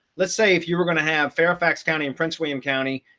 let's say if you were going to have fairfax county and prince william county,